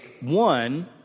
One